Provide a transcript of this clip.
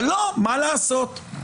אבל לא, מה לעשות.